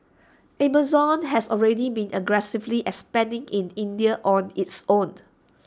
Amazon has already been aggressively expanding in India on its own